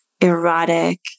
erotic